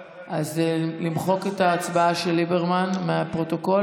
למחוק את ההצבעה של ליברמן מהפרוטוקול